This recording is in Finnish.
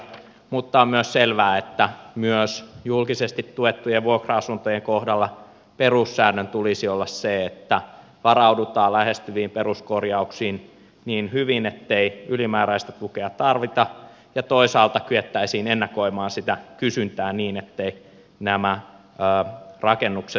mutta on myös selvää että myös julkisesti tuettujen vuokra asuntojen kohdalla perussäännön tulisi olla se että varaudutaan lähestyviin peruskorjauksiin niin hyvin ettei ylimääräistä tukea tarvita ja toisaalta kyettäisiin ennakoimaan sitä kysyntää niin etteivät nämä rakennukset tyhjene